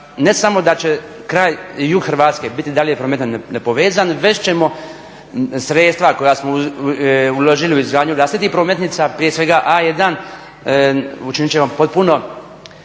ne samo da će jug Hrvatske biti i dalje prometno nepovezan već ćemo sredstva koja smo uložili u izgradnju vlastitih prometnica, prije svega A1, učinit ćemo potpuno